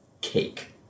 cake